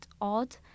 odd